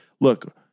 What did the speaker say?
Look